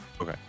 Okay